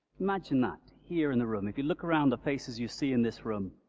imagine that here in the room, if you look around the faces you see in this room